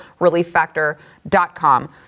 relieffactor.com